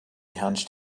hunched